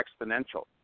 exponential